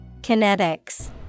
Kinetics